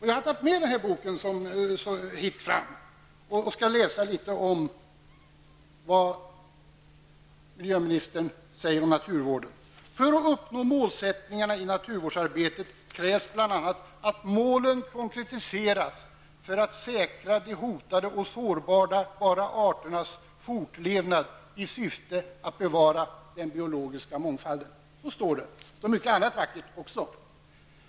Jag har tagit med den boken hit fram för att läsa litet om vad miljöministern säger om naturvården: ''För att uppnå målsättningarna i naturvårdsarbetet krävs bl.a. att målen konkretiseras för att säkra de hotade och sårbara arternas fortlevnad i syfte att bevara den biologiska mångfalden.'' Det står mycket annat vackert också.